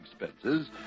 expenses